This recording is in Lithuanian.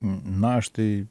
na štai